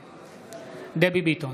נגד דבי ביטון,